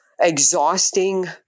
exhausting